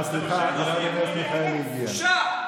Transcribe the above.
בושה.